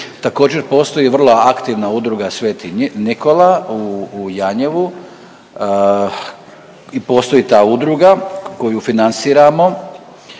Također postoji vrlo aktivna udruga Sveti Nikola u Janjevu i postoji ta udruga koju financiramo